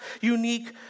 unique